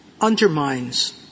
Undermines